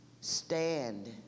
stand